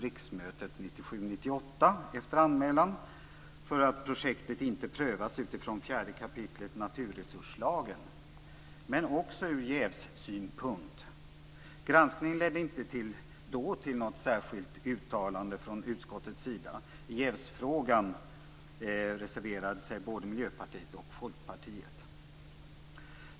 1997/98, efter anmälan, för att projektet inte prövats utifrån 4 kap. naturresurslagen, men också ur jävssynpunkt. Granskningen ledde inte då till något särskilt uttalande från utskottets sida. I jävsfrågan reserverade sig både Miljöpartiet och Folkpartiet.